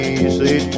easy